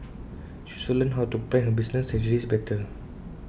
she also learned how to plan her business strategies better